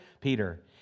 Peter